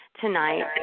tonight